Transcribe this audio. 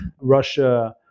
Russia